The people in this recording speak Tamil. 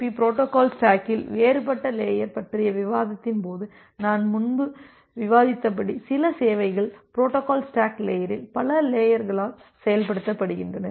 பி TCPIP பொரோட்டோகால் ஸ்டாக்கில் வேறுபட்ட லேயர் பற்றிய விவாதத்தின் போது நான் முன்பு விவாதித்தபடி சில சேவைகள் பொரோட்டோகால் ஸ்டாக் லேயரில் பல லேயர்களால் செயல்படுத்தப்படுகின்றன